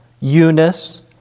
Eunice